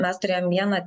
mes turėjom vieną